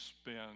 spend